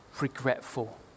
Regretful